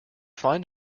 find